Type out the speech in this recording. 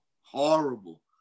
horrible